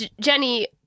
Jenny